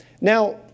Now